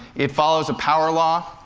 it follows a power law,